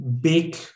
big